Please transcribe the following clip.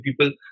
people